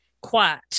Quiet